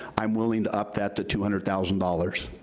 i'm willing to up that to two hundred thousand dollars,